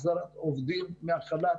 על החזרת עובדים מחל"ת,